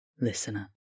listener